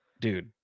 dude